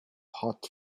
hot